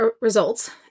results